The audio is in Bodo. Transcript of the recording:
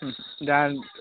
दा